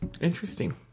interesting